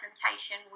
presentation